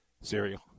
Cereal